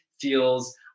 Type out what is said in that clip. feels